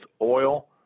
oil